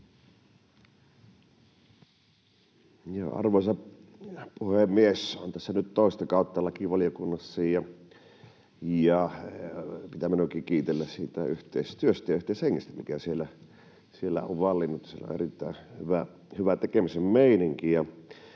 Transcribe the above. Arvoisa puhemies! Olen tässä nyt toista kautta lakivaliokunnassa, ja pitää minunkin kiitellä siitä yhteistyöstä ja yhteishengestä, mikä siellä on vallinnut. Siellä on erittäin hyvä tekemisen meininki,